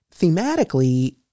thematically